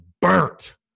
burnt